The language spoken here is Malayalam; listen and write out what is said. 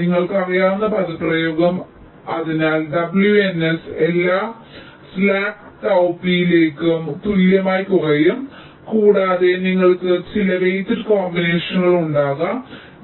നിങ്ങൾക്കറിയാവുന്ന പദപ്രയോഗം നിങ്ങൾക്കറിയാം അതിനാൽ WNS എല്ലാ tau p യ്ക്കും സ്ലാക്ക് ടൌ പിക്ക് തുല്യമായി കുറയും കൂടാതെ നിങ്ങൾക്ക് ചില വെയ്റ്റഡ് കോമ്പിനേഷനുകൾ ഉണ്ടാക്കാം